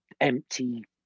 empty